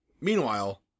Meanwhile